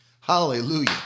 Hallelujah